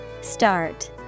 Start